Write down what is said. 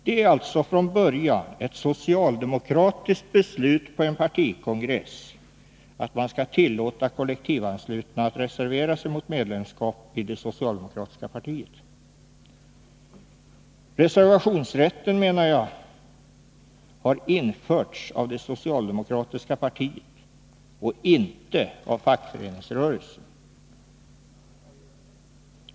Det är alltså från början ett socialdemokratiskt beslut på en partikongress att man skall tillåta kollektivanslutna att reservera sig mot medlemskap i det socialdemokratiska partiet. Reservationsrätten har, konstaterar jag igen, införts av det socialdemokratiska partiet och inte av fackföreningsrörelsen.